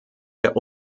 der